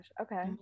Okay